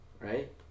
Right